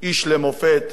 איש למופת,